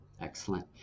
excellent